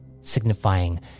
signifying